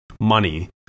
money